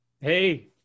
Hey